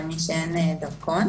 למי שאין דרכון.